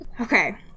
okay